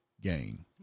gain